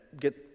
get